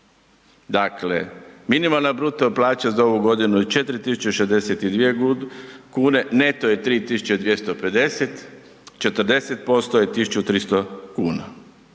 Dakle, minimalna bruto plaća za ovu godinu je 4.062 kune, neto je 3.250, 40% je 1.300 kuna.